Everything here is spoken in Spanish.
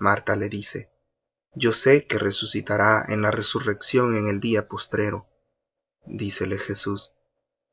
marta le dice yo sé que resucitará en la resurrección en el día postrero dícele jesús